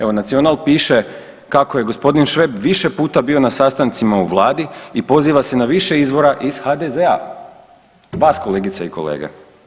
Evo Nacional piše kako je gospodin Šveb više puta bio na sastancima u Vladi i poziva se na više izvora iz HDZ-a, vas kolegice i kolege.